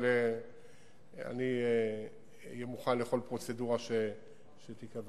אבל אני אהיה מוכן לכל פרוצדורה שתיקבע.